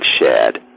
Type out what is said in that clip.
shared